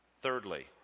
Thirdly